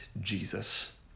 Jesus